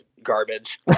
garbage